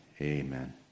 Amen